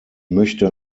möchte